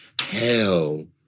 hell